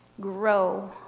grow